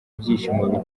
byishimo